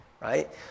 right